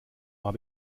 habe